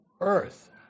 earth